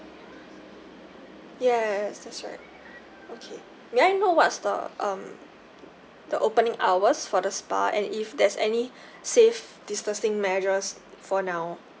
yes that's right okay may I know what's the um the opening hours for the spa and if there's any safe distancing measures for now